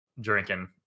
drinking